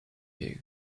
you